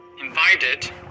invited